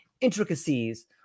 intricacies